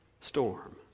storm